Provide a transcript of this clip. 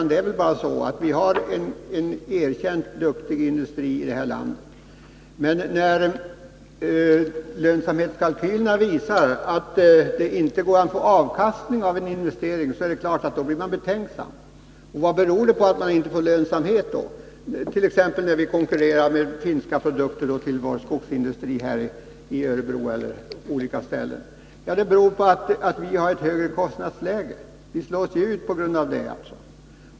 Det är väl ändå så att vi har en erkänt duktig industri i det här landet. Men när lönsamhetskalkylerna visar att det inte går att få avkastning på en investering, blir man självfallet betänksam. Och vad beror det på att man inte får lönsamhet? Det gäller t.ex. när vi konkurrerar med finska produkter till vår skogsindustri i Örebro eller på andra ställen. Ja, det beror på att vi har ett högre kostnadsläge — vi slås ut på grund av det.